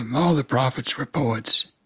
and all the prophets were poets.